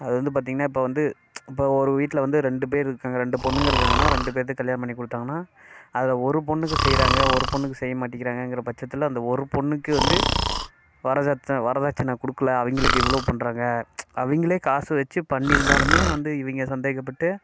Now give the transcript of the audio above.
அது வந்து பார்த்தீங்கனா இப்போ வந்து இப்போ ஒரு வீட்டில் வந்து ரெண்டு பேர் இருக்காங்க ரெண்டு பொண்ணுங்க இருக்காங்கனா ரெண்டு பேர்த்துக்கு கல்யாணம் பண்ணி கொடுத்தாங்கனா அதில் ஒரு பொண்ணுக்கு செய்கிறாங்க ஒரு பொண்ணுக்கு செய்ய மாட்டிகிறாங்கங்கிற பட்சத்தில் அந்த ஒரு பொண்ணுக்கு வந்து வரதட்சணை வரதட்சணை கொடுக்குல அவங்கிளுக்கு இவ்வளோ பண்ணுறாங்க அவங்களே காசு வச்சி பண்ணிருந்தலும் வந்து இவங்க சந்தேகப்பட்டு